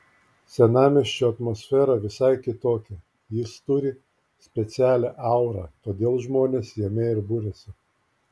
senamiesčio atmosfera visai kitokia jis turi specialią aurą todėl žmonės jame ir buriasi